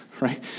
right